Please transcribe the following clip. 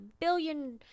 billion